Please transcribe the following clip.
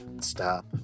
Stop